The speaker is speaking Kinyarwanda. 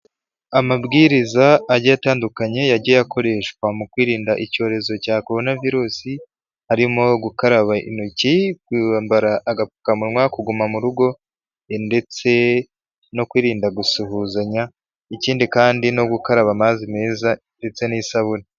Amabwiriza agiye atandukanye, yagiye akoreshwa mu kwirinda icyorezo cya Korona virusi harimo gukaraba intoki, kwambara agapfukamunwa, kuguma mu rugo ndetse no kwirinda gusuhuzanya, ikindi kandi no gukaraba amazi meza ndetse n'isabune.